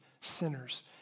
sinners